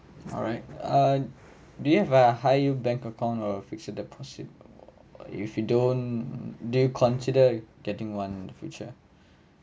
alright uh do you have a high yield bank account or fixed deposit if you don't do you consider getting one in the future